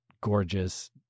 gorgeous